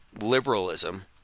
liberalism